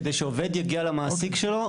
כדי שעובד יגיע למעסיק לו,